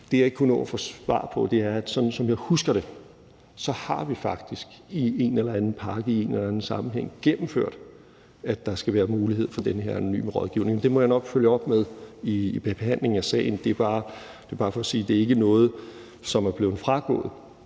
Det, jeg ikke kunne nå at få svar på, handlede om, at vi – sådan som jeg husker det – faktisk i en eller anden pakke i en eller anden sammenhæng har gennemført, at der skal være mulighed for den her anonyme rådgivning. Det må jeg nok følge op på i behandlingen af sagen. Det er bare for sige, at det ikke er noget, som er blevet fragået.